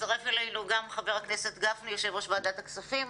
הצטרף אלינו גם חה"כ גפני יו"ר ועדת הכספים,